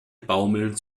baumeln